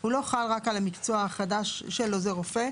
הוא לא חל רק על המקצוע החדש של עוזר רופא,